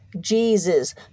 Jesus